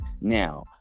Now